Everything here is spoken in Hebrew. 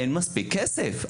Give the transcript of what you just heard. אין מספיק כסף.